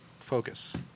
Focus